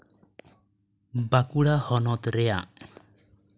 ᱵᱟᱸᱠᱩᱲᱟ ᱦᱚᱱᱚᱛ ᱨᱮᱭᱟᱜ